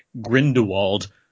Grindelwald